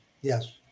Yes